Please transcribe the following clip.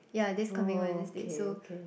ya this coming Wednesday so